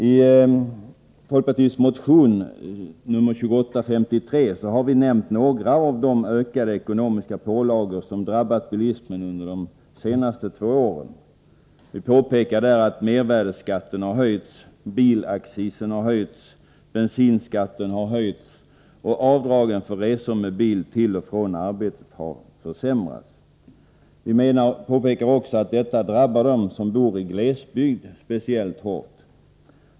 I folkpartimotionen 2853 har vi nämnt några av de ökade ekonomiska pålagor som drabbat bilismen under de senaste två åren. Vi påpekar där att mervärdeskatten, bilaccisen och bensinskatten har höjts och att avdraget för resor med bil till och från arbetet har försämrats. Vi påtalar också att det drabbar dem som bor i glesbygd speciellt hårt.